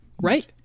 right